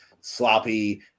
sloppy